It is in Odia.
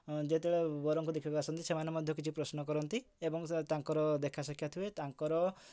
ଯେତେବେଳେ ବରକୁ ଦେଖିବାକୁ ଆସନ୍ତି ସେମାନେ ମଧ୍ୟ କିଛି ପ୍ରଶ୍ନ କରନ୍ତି ଏବଂ ତାଙ୍କର ଦେଖା ସାକ୍ଷାତ ହୁଏ ତାଙ୍କର